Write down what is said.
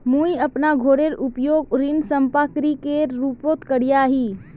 मुई अपना घोरेर उपयोग ऋण संपार्श्विकेर रुपोत करिया ही